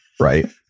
right